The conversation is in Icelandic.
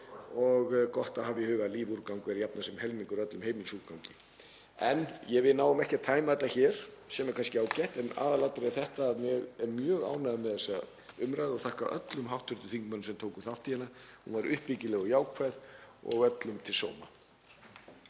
og gott að hafa í huga að lífúrgangur er að jafnaði helmingur af öllum heimilisúrgangi. Við náum ekki að tæma þetta hér, sem er kannski ágætt. En aðalatriðið er þetta: Ég er mjög ánægður með þessa umræðu og þakka öllum hv. þingmönnum sem tóku þátt í henni, hún var uppbyggileg, jákvæð og öllum til sóma.